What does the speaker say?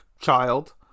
child